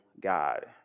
God